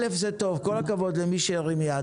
א', זה טוב, כל הכבוד למי שהרים יד.